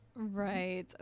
Right